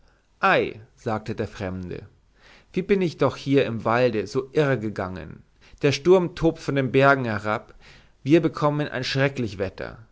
ei sagte der fremde wie bin ich doch hier im walde so irre gegangen der sturm tobt von den bergen herab wir bekommen ein schrecklich wetter